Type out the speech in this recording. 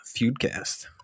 Feudcast